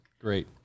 Great